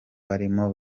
barimo